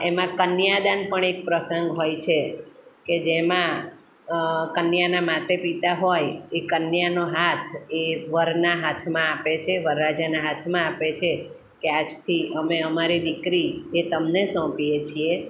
એમાં કન્યાદાન પણ એક પ્રસંગ હોય છે કે જેમાં કન્યાનાં માતા પિતા હોય એ કન્યાનો હાથ એ વરના હાથમાં આપે છે વરરાજાના હાથમાં આપે છે કે આજથી અમે અમારી દીકરી એ તમને સોંપીએ છીએ